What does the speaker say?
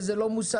וזה לא מוסב,